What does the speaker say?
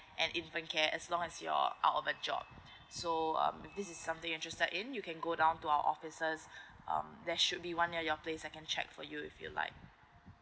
and infant care as long as you're out of a job so um this is something you interesting in you can go down to our offices um there should be one near your place I can check for you if you like